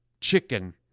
chicken